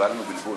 בבקשה,